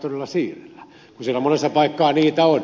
siellä monessa paikkaa niitä on